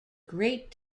great